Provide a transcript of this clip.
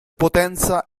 potenza